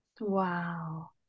Wow